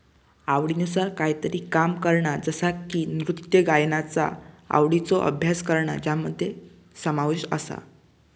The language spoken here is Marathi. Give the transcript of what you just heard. आवडीनुसार कायतरी काम करणा जसा की नृत्य गायनाचा आवडीचो अभ्यास करणा ज्यामध्ये समाविष्ट आसा